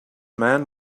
men